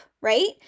right